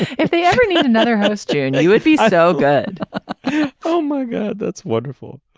if they ever need another hottest june. you would be so good oh my god that's wonderful.